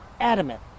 adamant